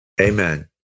amen